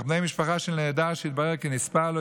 אך בני משפחה של נעדר שהתברר כנספה לא